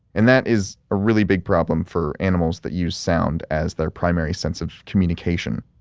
and that is a really big problem for animals that use sound as their primary sense of communication.